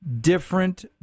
different